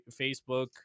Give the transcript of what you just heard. Facebook